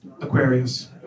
Aquarius